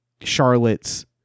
Charlotte's